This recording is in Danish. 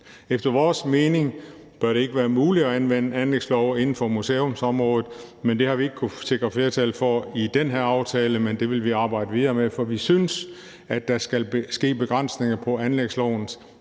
Efter vores mening bør det ikke være muligt at anvende anlægslove inden for museumsområdet, men det har vi ikke kunnet sikre flertal for i den her aftale. Men det vil vi arbejde videre med, for vi synes, at der skal ske begrænsninger af den